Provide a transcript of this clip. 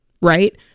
right